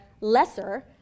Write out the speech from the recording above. lesser